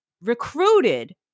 recruited